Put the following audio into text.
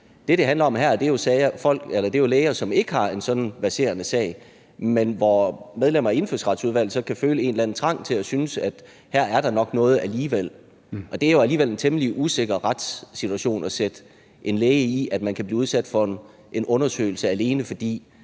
Det, det handler om her, er jo læger, som ikke har en sådan verserende sag, men hvor medlemmer af Indfødsretsudvalget så kan føle en eller anden trang til at synes, at her er der nok noget alligevel. Og det er jo alligevel en temmelig usikker retssituation at sætte en læge i, altså at man kan blive udsat for en undersøgelse, alene fordi